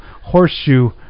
horseshoe